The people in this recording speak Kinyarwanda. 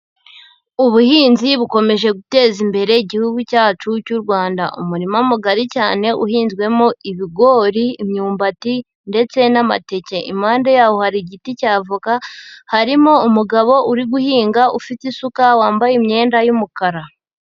Ubuhinzi bukomeje guteza imbere igihugu cyacu cy'u Rwanda. Umurima mugari cyane uhinzwemo ibigori, imyumbati ndetse n'amateke. Impande yaho hari igiti cya voka, harimo umugabo uri guhinga ufite isuka, wambaye imyenda y'umukara.